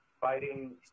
Fighting